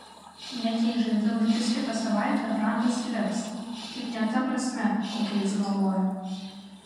net jei žaizda užgis kitą savaitę randas liks tik ne ta prasme kokia jis galvoja